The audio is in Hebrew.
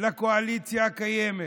לקואליציה הקיימת,